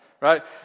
Right